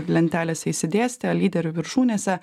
lentelėse išsidėstę lyderių viršūnėse